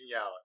out